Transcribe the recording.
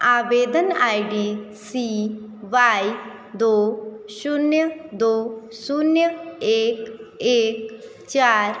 आवेदन I D C Y दो शून्य दो शून्य एक एक चार